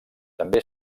també